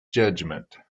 judgement